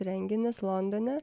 renginius londone